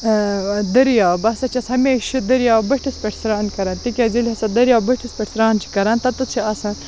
درۍیاو بہٕ ہَسا چھَس ہَمیشہ درۍیاو بٔٹھِس پیٹھ سران کران تکیازِ ییٚلہِ ہَسا درۍیاو بٔٹھِس پیٹھ سران چھِ کران تَتیٚتھ چھ آسان